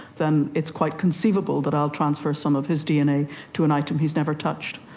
then it's quite conceivable that i will transfer some of his dna to an item he's never touched.